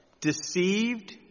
deceived